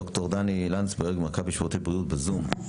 בבקשה, ד"ר לנסברגר, מכבי שירותי בריאות בזום.